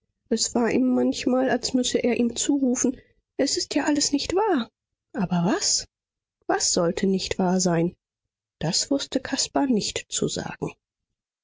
es war ihm manchmal als müsse er ihm zurufen es ist ja alles nicht wahr aber was was sollte nicht wahr sein das wußte caspar nicht zu sagen